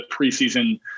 preseason